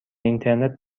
اینترنت